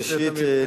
ראשית,